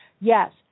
Yes